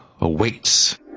awaits